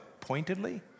pointedly